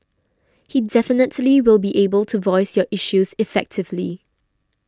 he definitely will be able to voice your issues effectively